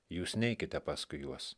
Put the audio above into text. jūs neikite paskui juos